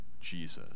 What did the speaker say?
Jesus